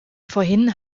vorhin